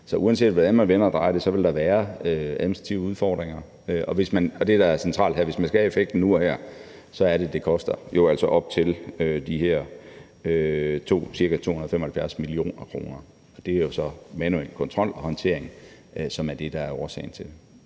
Så uanset hvordan man vender og drejer det, vil der være administrative udfordringer. Og det, der er centralt her, er, at hvis man skal have effekten nu og her, er det, at det jo altså koster op til de her ca. 275 mio. kr., og det er så manuel kontrolhåndtering, som er det, der er årsagen til